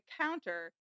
counter